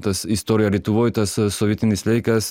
tas istorija lietuvoj tas sovietinis laikas